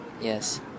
Yes